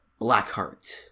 Blackheart